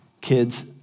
kids